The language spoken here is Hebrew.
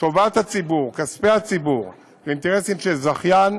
טובת הציבור, כספי הציבור ואינטרסים של זכיין,